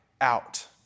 out